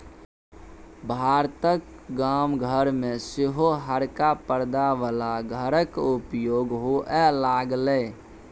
भारतक गाम घर मे सेहो हरका परदा बला घरक उपयोग होए लागलै